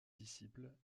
disciples